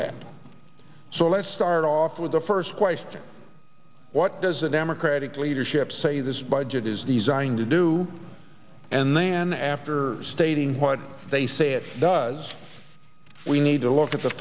let's start off with the first question what does the democratic leadership say this budget is the zine to do and then after stating what they say it does we need to look at the